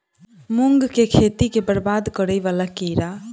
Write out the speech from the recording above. मूंग की खेती केँ बरबाद करे वला कीड़ा?